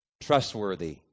trustworthy